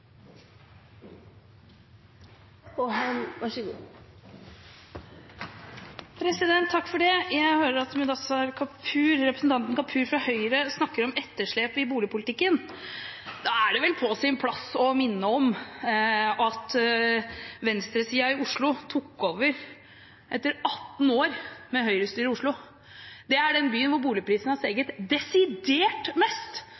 Mudassar Kapur fra Høyre snakker om etterslep i boligpolitikken. Da er det vel på sin plass å minne om at venstresiden i Oslo tok over etter 18 år med høyrestyre i Oslo. Det er den byen hvor boligprisene har steget desidert mest,